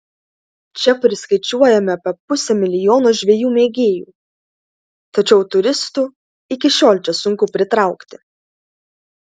čia priskaičiuojame apie pusę milijono žvejų mėgėjų tačiau turistų iki šiol čia sunku pritraukti